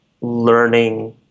learning